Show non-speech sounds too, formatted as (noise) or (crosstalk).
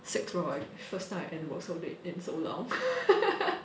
six woah first time I end work so late in so long (laughs)